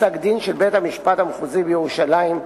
פסק-דין של בית-המשפט המחוזי בירושלים,